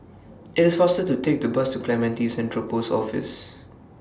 IT IS faster to Take The Bus to Clementi Central Post Office